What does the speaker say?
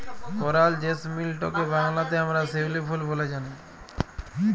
করাল জেসমিলটকে বাংলাতে আমরা শিউলি ফুল ব্যলে জানি